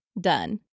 Done